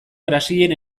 brasilen